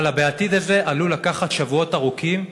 אבל ה"בעתיד" הזה עלול לקחת שבועות ארוכים,